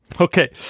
Okay